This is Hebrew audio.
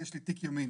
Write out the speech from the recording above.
יש לי טיק ימינה,